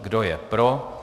Kdo je pro.